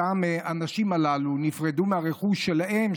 האנשים הללו נפרדו מהרכוש שלהם,